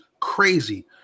crazy